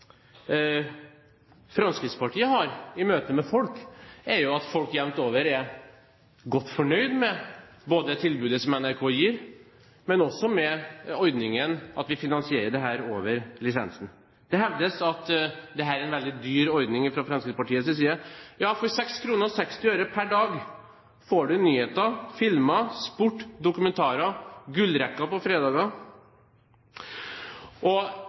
Fremskrittspartiet har i møte med folk, er jo at folk jevnt over er godt fornøyd både med tilbudet som NRK gir, og med den ordningen at vi finansierer dette med lisensen. Det hevdes fra Fremskrittspartiets side at dette er en veldig dyr ordning. Ja, for kr 6,60 per dag får du nyheter, filmer, sport, dokumentarer, gullrekka på